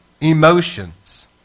emotions